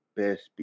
best